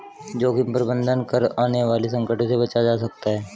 जोखिम प्रबंधन कर आने वाले संकटों से बचा जा सकता है